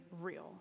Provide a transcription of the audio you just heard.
real